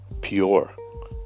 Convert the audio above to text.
pure